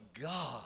God